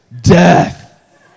death